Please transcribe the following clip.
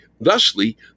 Thusly